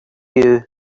you